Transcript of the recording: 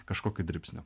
kažkokių dribsnių